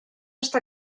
està